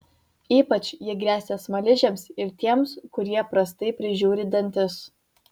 ypač ji gresia smaližiams ir tiems kurie prastai prižiūri dantis